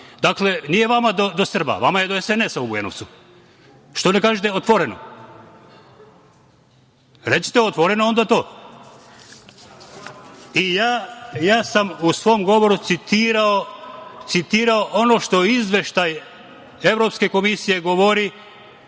Dakle, nije vama do Srba, vama je do SNS u Bujanovcu. Što ne kažete otvoreno? Recite onda to otvoreno.U svom govoru sam citirao ono što izveštaj Evropske komisije govori